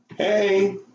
hey